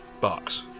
box